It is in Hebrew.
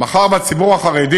מאחר שהציבור החרדי